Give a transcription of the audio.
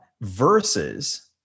Versus